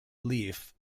leaf